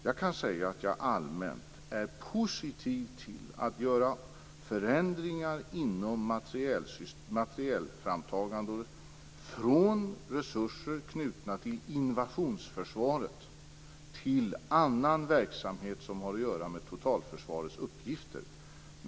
Jag kan säga att jag allmänt är positiv till att göra förändringar inom materielframtagande från resurser knutna till invationsförsvaret till resurser för annan verksamhet som har att göra med totalförsvarets uppgifter.